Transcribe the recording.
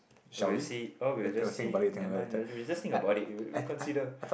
we will see oh we will just see never mind we just think about it we we consider